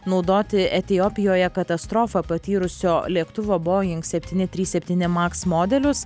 naudoti etiopijoje katastrofą patyrusio lėktuvo boing septyni trys septyni maks modelius